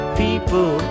people